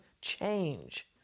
change